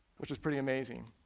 which is pretty amazing.